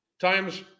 times